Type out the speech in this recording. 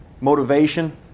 Motivation